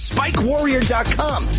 SpikeWarrior.com